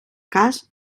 cas